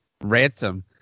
ransom